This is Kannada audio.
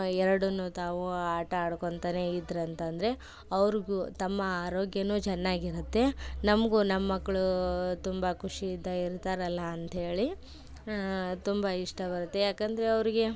ಎರಡನ್ನು ತಾವು ಆಟ ಆಡ್ಕೊಳ್ತನೇ ಇದ್ರೆ ಅಂತ ಅಂದರೆ ಅವ್ರಿಗು ತಮ್ಮ ಆರೋಗ್ಯವು ಚೆನ್ನಾಗಿರುತ್ತೆ ನಮ್ಗೂ ನಮ್ಮ ಮಕ್ಕಳೂ ತುಂಬ ಖುಷಿಯಿಂದ ಇರ್ತಾರಲ್ಲ ಅಂತೇಳಿ ತುಂಬ ಇಷ್ಟ ಬರುತ್ತೆ ಏಕಂದ್ರೆ ಅವ್ರಿಗೆ